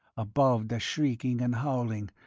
above the shrieking and howling,